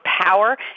power